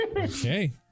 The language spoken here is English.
Okay